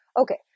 Okay